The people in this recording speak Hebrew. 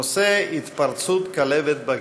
הנושא: התפרצות כלבת בגלבוע.